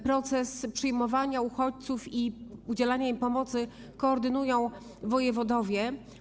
Proces przyjmowania uchodźców i udzielania im pomocy koordynują wojewodowie.